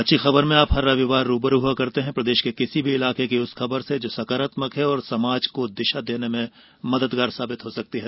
अच्छी खबर में आप हर रविवार रू ब रू होते हैं प्रदेश के किसी भी इलाके की उस खबर से जो सकारात्मक है और समाज को दिशा देने में मददगार हो सकती है